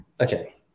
Okay